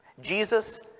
Jesus